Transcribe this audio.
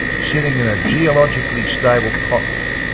sitting in a geologically stable continent,